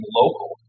local